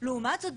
לעומת זאת,